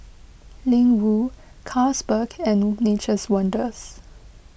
Ling Wu Carlsberg and Nature's Wonders